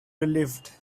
relieved